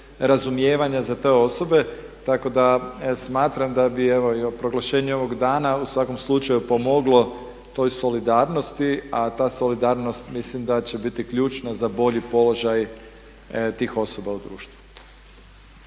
razumijevanja za te osobe. Tako da smatram da bi evo i proglašenje ovog dana u svakom slučaju pomoglo toj solidarnosti, a ta solidarnost mislim da će biti ključna za bolji položaj tih osoba u društvu.